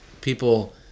people